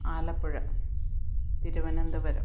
Alappuzha Thiruvananthapuram